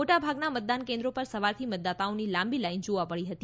મોટાભાગના મતદાન કેન્દ્રો પર સવારથી મતદાતાઓની લાંબી લાઇન જોવા મળી હતી